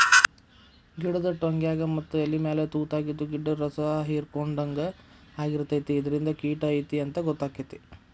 ಗಿಡದ ಟ್ವಂಗ್ಯಾಗ ಮತ್ತ ಎಲಿಮ್ಯಾಲ ತುತಾಗಿದ್ದು ಗಿಡ್ದ ರಸಾಹಿರ್ಕೊಡ್ಹಂಗ ಆಗಿರ್ತೈತಿ ಇದರಿಂದ ಕಿಟ ಐತಿ ಅಂತಾ ಗೊತ್ತಕೈತಿ